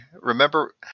Remember